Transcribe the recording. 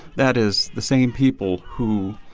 that is the same people who